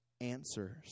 answers